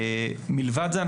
מלבד זה,